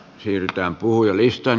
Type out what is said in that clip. arvoisa puhemies